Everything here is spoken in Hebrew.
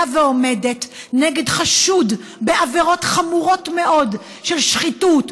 ועומדת נגד חשוד בעבירות חמורות מאוד של שחיתות,